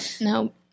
No